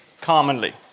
commonly